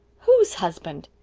whose husband?